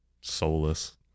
soulless